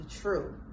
true